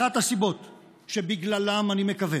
אחת הסיבות שבגללן אני מקווה